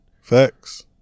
Facts